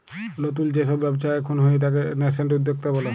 লতুল যে সব ব্যবচ্ছা এখুন হয়ে তাকে ন্যাসেন্ট উদ্যক্তা ব্যলে